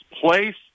place